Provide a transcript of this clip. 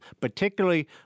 particularly